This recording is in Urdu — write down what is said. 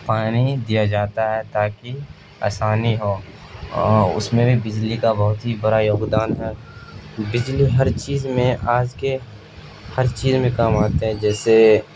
پانی دیا جاتا ہے تاکہ آسانی ہو اس میں بھی بجلی کا بہت ہی بڑا یوگدان ہے بجلی ہر چیز میں آج کے ہر چیز میں کام آتے ہیں جیسے